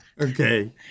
Okay